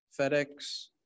FedEx